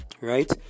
right